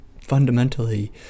fundamentally